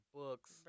books